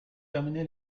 terminé